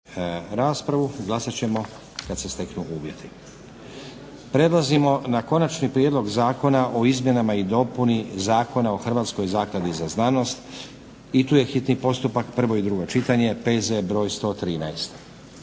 **Stazić, Nenad (SDP)** Prelazimo na - Konačni prijedlog zakona o izmjenama i dopuni Zakona o Hrvatskoj zakladi za znanost, hitni postupak, prvo i drugo čitanje, PZ br. 113